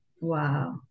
wow